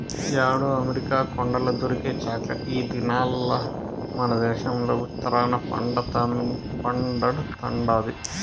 యాడో అమెరికా కొండల్ల దొరికే చాక్లెట్ ఈ దినాల్ల మనదేశంల ఉత్తరాన పండతండాది